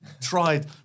Tried